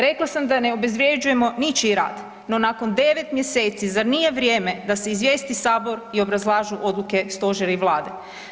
Rekla sam da ne obezvređujemo ničiji rad, no nakon 9 mjeseci zar nije vrijeme da se izvijesti Sabor i obrazlažu odluke Stožera i Vlade.